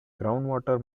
groundwater